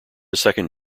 second